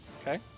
Okay